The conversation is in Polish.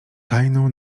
tajną